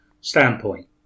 standpoint